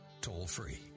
toll-free